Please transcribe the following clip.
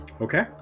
Okay